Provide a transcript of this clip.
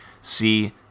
see